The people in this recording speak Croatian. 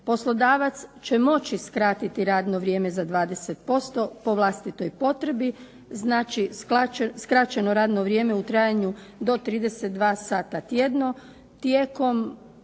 Poslodavac će moći skratiti radno vrijeme za 20% po vlastitoj potrebi. Znači, skraćeno radno vrijeme u trajanju do 32 sata tjedno tijekom